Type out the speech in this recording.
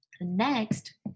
Next